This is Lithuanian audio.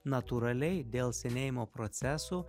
natūraliai dėl senėjimo procesų